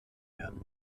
werden